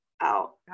out